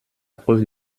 preuve